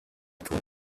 told